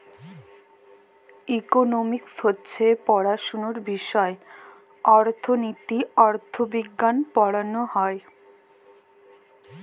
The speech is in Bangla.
ইকলমিক্স হছে পড়াশুলার বিষয় অথ্থলিতি, অথ্থবিজ্ঞাল পড়াল হ্যয়